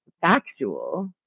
factual